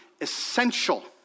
essential